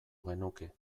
genuke